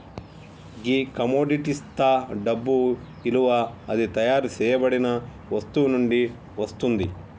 గీ కమొడిటిస్తా డబ్బు ఇలువ అది తయారు సేయబడిన వస్తువు నుండి వస్తుంది